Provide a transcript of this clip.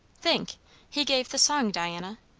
think he gave the song, diana.